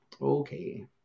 Okay